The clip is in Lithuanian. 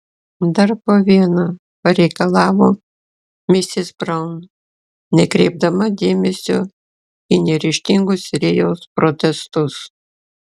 dar po vieną pareikalavo misis braun nekreipdama dėmesio į neryžtingus rėjaus protestus